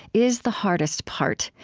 is the hardest part,